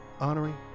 Honoring